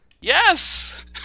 Yes